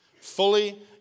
Fully